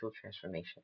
transformation